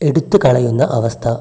എടുത്തുക്കളയുന്ന അവസ്ഥ